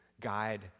guide